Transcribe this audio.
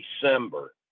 December